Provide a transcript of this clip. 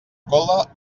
cola